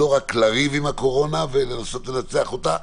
לא רק לריב עם הקורונה ולנסות לנצח אותה,